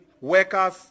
workers